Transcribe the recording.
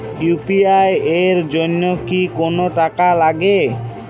UPI এর জন্য কি কোনো টাকা লাগে?